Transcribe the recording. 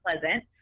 pleasant